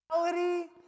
reality